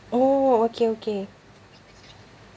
oh okay okay